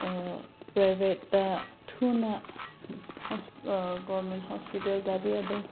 ꯄ꯭ꯔꯥꯏꯕꯦꯠꯇ ꯊꯨꯅ ꯒꯣꯔꯃꯦꯟ ꯍꯣꯁꯄꯤꯇꯥꯜꯗꯗꯤ ꯑꯗꯨꯝ